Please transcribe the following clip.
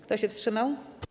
Kto się wstrzymał?